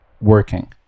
working